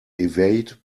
evade